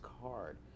card